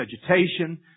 vegetation